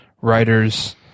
writers